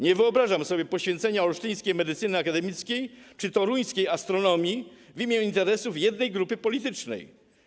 Nie wyobrażam sobie poświęcenia olsztyńskiej medycyny akademickiej czy toruńskiej astronomii w imię interesów jednej grupy politycznej.